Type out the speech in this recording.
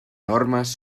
normes